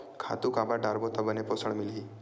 खातु काबर डारबो त बने पोषण मिलही?